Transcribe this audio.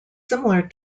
similar